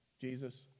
Jesus